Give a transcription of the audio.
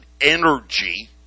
energy